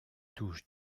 touche